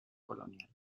colonial